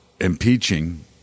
impeaching